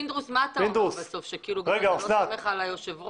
פינדרוס, אתה אומר שאתה לא סומך על היושב-ראש?